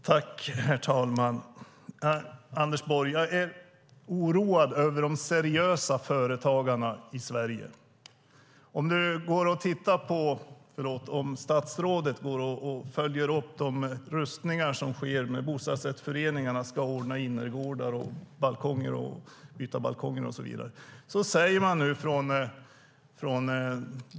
Herr talman! Jag är oroad över de seriösa företagarna i Sverige. Statsrådet kan följa upp de rustningar som sker i bostadsrättsföreningar när de ska ordna innergårdar och balkonger, byta balkonger och så vidare.